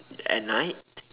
at night